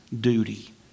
duty